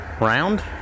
Round